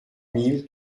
mille